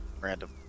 Random